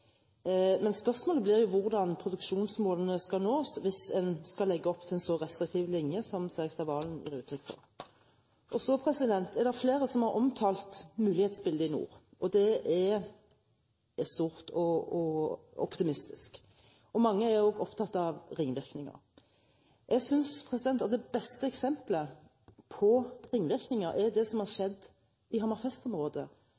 Men spørsmålet blir jo hvordan produksjonsmålene skal nås, hvis en skal legge opp til en så restriktiv linje som det Serigstad Valen gir uttrykk for. Så er det flere som har omtalt mulighetsbildet i nord, og det er stort og optimistisk, og mange er jo opptatt av ringvirkningene. Jeg synes at det beste eksemplet på ringvirkninger er det som har